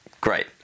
great